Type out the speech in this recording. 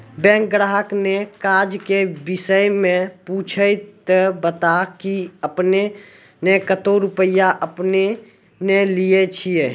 Bank ग्राहक ने काज के विषय मे पुछे ते बता की आपने ने कतो रुपिया आपने ने लेने छिए?